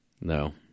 No